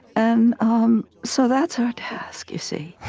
and um so that's our task, you see.